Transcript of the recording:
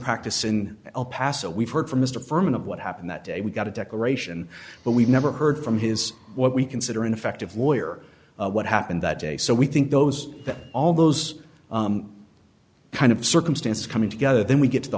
practice in el paso we've heard from mr ferman of what happened that day we got a declaration but we never heard from his what we consider an effective lawyer what happened that day so we think those all those kind of circumstance coming together then we get to the